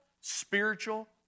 spiritual